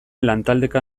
lantaldeka